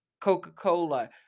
Coca-Cola